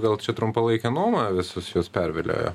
gal čia trumpalaikė nuoma visus juos perviliojo